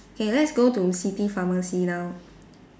K let's go to city pharmacy now